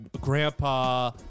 grandpa